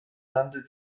nannte